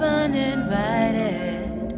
uninvited